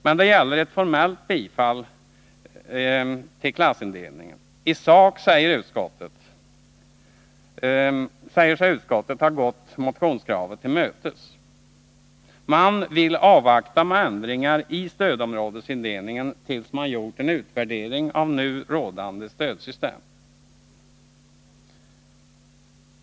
Men det gäller ett formellt bifall till klassindelning. I sak säger sig utskottet ha gått motionskravet till mötes. Man vill avvakta med ändringar i stödområdesindelningen tills man gjort en utvärdering av nu rådande stödsystem.